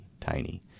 tiny